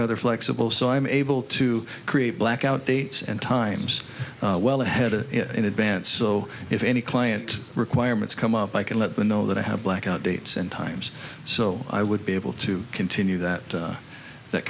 rather flexible so i'm able to create blackout dates and times well ahead in advance so if any client requirements come up i can let them know that i have blackout dates and times so i would be able to continue that